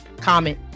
comment